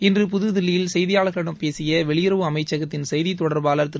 இன்று புதுதில்லியில் செய்தியாளர்களிடம் பேசிய வெளியுறவு அமைச்சகத்தின் செய்தித் தொடர்பாளர் திரு